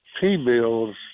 T-bills